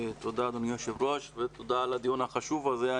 תודה אדוני היושב ראש ותודה על הדיון החשוב הזה.